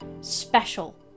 special